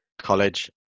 College